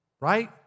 right